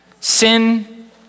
sin